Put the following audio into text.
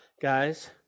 Guys